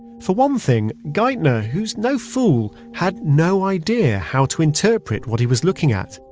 for one thing, geithner who's no fool, had no idea how to interpret what he was looking at.